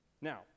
Now